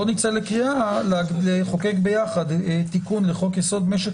בוא נצא בקריאה לחוקק יחד תיקון לחוק יסוד: משק